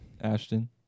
Ashton